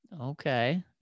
Okay